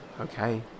Okay